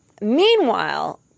meanwhile